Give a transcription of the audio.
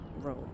room